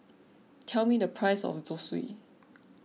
tell me the price of Zosui